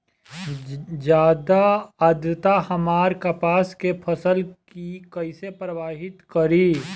ज्यादा आद्रता हमार कपास के फसल कि कइसे प्रभावित करी?